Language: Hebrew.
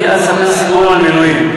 לי אל תספר סיפורים על מילואים.